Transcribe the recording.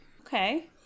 Okay